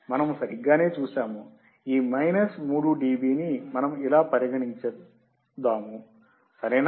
మనము సరిగ్గానే చూశాము ఈ మైనస్ 3 డిబిని మనము ఇలా పరిగణించాము సరేనా